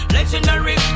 Legendary